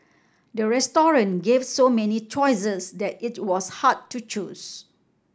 the restaurant gave so many choices that it was hard to choose